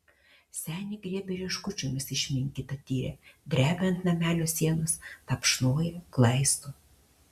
senė griebia rieškučiomis išminkytą tyrę drebia ant namelio sienos tapšnoja glaisto